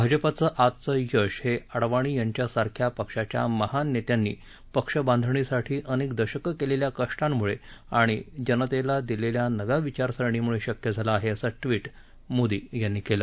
भाजपाचं आजचं यश हे आडवाणी यांच्यासारख्या पक्षाच्या महान नेत्यांनी पक्षबांधणीसाठी अनेक दशकं केलेल्या कष्टांमुळे आणि जनतेला दिलेल्या नव्या विचारसरणीमुळे शक्य झालं आहे असं बी मोदी यांनी केलं